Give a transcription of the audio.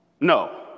No